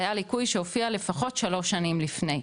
היה ליקוי שהופיע לפחות שלוש שנים לפני.